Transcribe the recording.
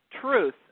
truth